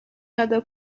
other